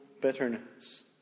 bitterness